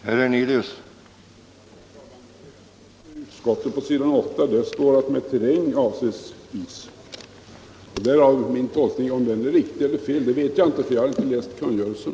Herr talman! På s. 8 i utskottets betänkande står att med terräng avses även is — därav min tolkning. Om den är riktig eller felaktig vet jag inte, för jag har inte läst kungörelsen.